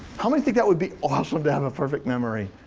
how many think that would be awesome to have a perfect memory?